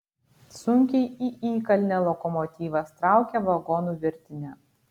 sunkiai į įkalnę lokomotyvas traukia vagonų virtinę